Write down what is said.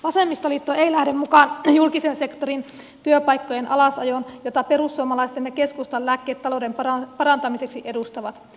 vasemmistoliitto ei lähde mukaan julkisen sektorin työpaikkojen alasajoon jota perussuomalaisten ja keskustan lääkkeet talouden parantamiseksi edustavat